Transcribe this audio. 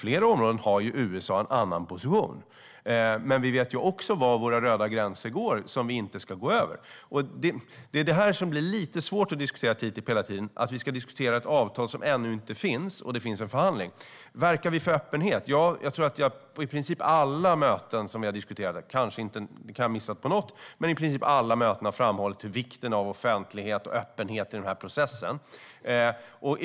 USA har en annan position på flera områden, men vi vet också var våra röda gränser som vi inte ska gå över ligger. Det är detta som blir lite svårt i diskussionen om TTIP, det vill säga att vi ska diskutera ett avtal som ännu inte finns. Det finns en förhandling. Verkar vi för öppenhet? Ja, jag tror att jag på i princip alla möten där vi har diskuterat detta har framhållit vikten av offentlighet och öppenhet i processen. Jag kan ha missat det på något möte, men jag har framhållit det på i princip alla.